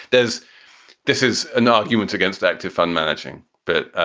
there's this is an argument against active fund managing. but,